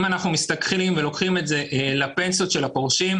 אם אנחנו מסתכלים ולוקחים את זה לפנסיות של הפורשים,